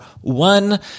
one